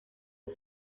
the